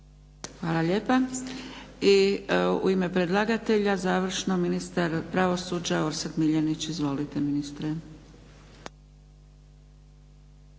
Hvala lijepa. I u ime predlagatelja završno ministar pravosuđa Orsat Miljenić. Izvolite ministre.